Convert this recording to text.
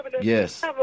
yes